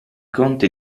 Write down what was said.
conte